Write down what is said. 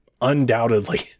undoubtedly